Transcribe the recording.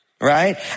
Right